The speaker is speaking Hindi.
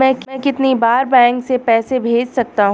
मैं कितनी बार बैंक से पैसे भेज सकता हूँ?